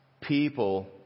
people